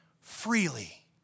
freely